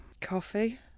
Coffee